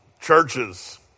churches